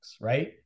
right